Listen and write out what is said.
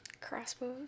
crossbows